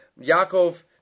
Yaakov